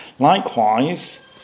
Likewise